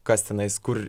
kas tenais kur